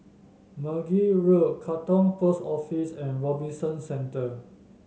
Meragi Road Katong Post Office and Robinson Centre